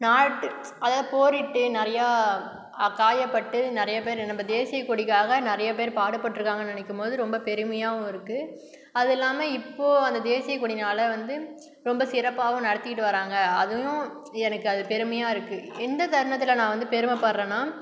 நாட்டு அதாவது போரிட்டு நிறைய காயப்பட்டு நிறைய பேர் நம்ம தேசியக்கொடிக்காக நிறைய பேர் பாடுபட்டிருக்காங்கன்னு நினைக்கும் போது ரொம்ப பெருமையாகவும் இருக்கு அதுவும் இல்லாமல் இப்போது அந்த தேசிய கொடி நாளை வந்து ரொம்ப சிறப்பாகவும் நடத்திகிட்டு வராங்க அதையும் எனக்கு அது பெருமையாக இருக்கு எந்த தருணத்தில் நான் வந்து பெருமைப்படுறன்னா